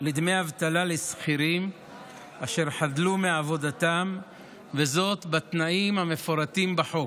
לדמי אבטלה לשכירים אשר חדלו מעבודתם וזאת בתנאים המפורטים בחוק.